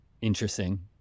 Interesting